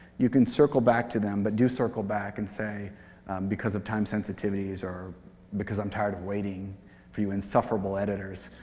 you can circle back to them, but do circle back and say because of time sensitivities or because i'm tired of waiting for you insufferable editors,